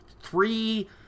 three